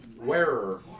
wearer